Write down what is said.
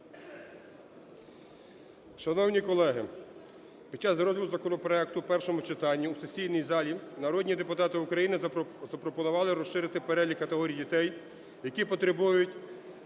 Шановні колеги! Під час розгляду законопроекту в першому читанні в сесійній залі народні депутати України запропонували розширити перелік категорій дітей, які потребують